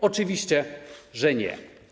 Oczywiście, że nie.